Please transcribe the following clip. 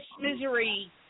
Misery